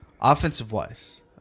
Offensive-wise